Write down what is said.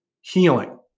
healing